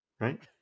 right